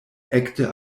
ekde